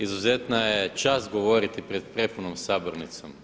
Izuzetna je čast govoriti pred prepunom sabornicom.